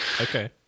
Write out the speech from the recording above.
Okay